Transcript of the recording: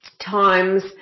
times